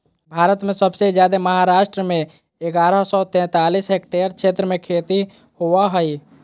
भारत में सबसे जादे महाराष्ट्र में ग्यारह सौ सैंतालीस हेक्टेयर क्षेत्र में खेती होवअ हई